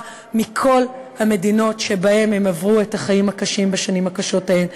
מכל המדינות שבהן הם עברו את החיים הקשים בשנים הקשות ההן.